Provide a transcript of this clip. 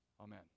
amen